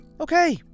Okay